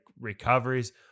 recoveries